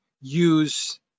use